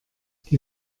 die